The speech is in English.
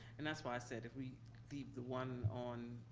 and that's why i said if we leave the one on,